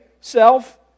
self